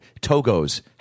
Togo's